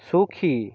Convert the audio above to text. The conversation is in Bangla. সুখী